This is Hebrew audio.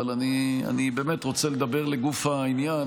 אבל אני באמת רוצה לדבר לגוף העניין.